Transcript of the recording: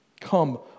Come